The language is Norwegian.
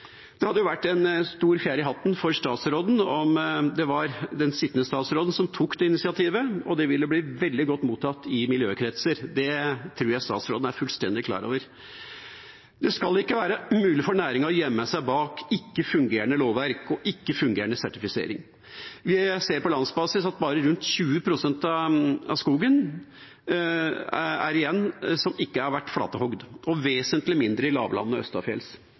Det hadde vært en stor fjær i hatten for statsråden om det var den sittende statsråden som tok det initiativet, og det ville bli veldig godt mottatt i miljøkretser. Det tror jeg statsråden er fullstendig klar over. Det skal ikke være mulig for næringen å gjemme seg bak ikke-fungerende lovverk og ikke-fungerende sertifisering. Vi ser på landsbasis at bare rundt 20 pst. av skogen er igjen som ikke har vært flathogd, og vesentlig mindre i lavlandet